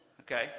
Okay